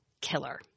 killer